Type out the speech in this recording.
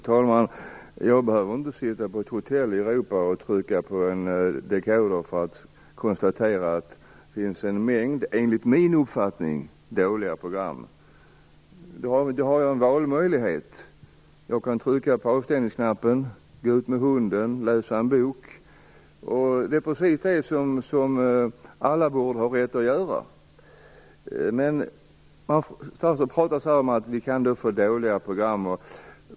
Fru talman! Jag behöver inte sitta på ett hotell i Europa och trycka på en dekoder för att konstatera att det finns en mängd, enligt min uppfattning, dåliga program. Jag har en valmöjlighet. Jag kan trycka på avstängningsknappen, gå ut med hunden eller läsa en bok. Det är precis det som alla borde ha vett att göra. Statsrådet talar om att vi kan få dåliga program.